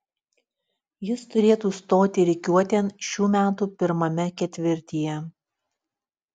jis turėtų stoti rikiuotėn šių metų pirmame ketvirtyje